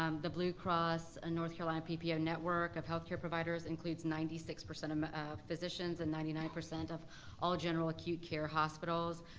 um the blue cross of ah north carolina ppo network of healthcare providers includes ninety six percent of physicians and ninety nine percent of all general acute care hospitals.